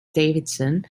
davidson